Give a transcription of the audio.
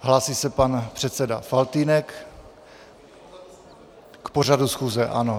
Hlásí se pan předseda Faltýnek K pořadu schůze, ano.